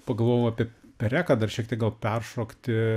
pagalvojau apie pereką dar šiek tiek gal peršokti